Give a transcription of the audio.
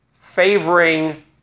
favoring